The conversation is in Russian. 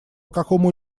какому